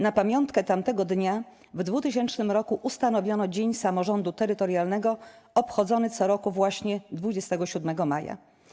Na pamiątkę tamtego dnia w 2000 roku ustanowiono Dzień Samorządu Terytorialnego, obchodzony co roku właśnie 27 maja.